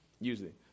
usually